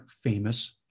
famous